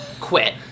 quit